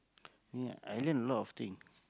ya I learn a lot of things